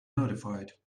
notified